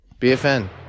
BFN